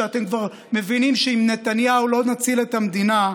שאתם כבר מבינים שעם נתניהו לא נציל את המדינה,